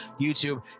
YouTube